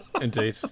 Indeed